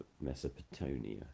Mesopotamia